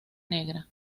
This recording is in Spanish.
negra